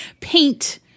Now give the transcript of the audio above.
Paint